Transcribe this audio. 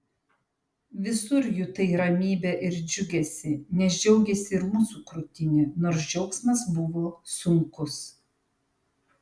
visur jutai ramybę ir džiugesį nes džiaugėsi ir mūsų krūtinė nors džiaugsmas buvo sunkus